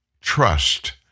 trust